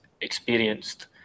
experienced